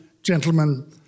gentlemen